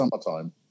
summertime